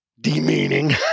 demeaning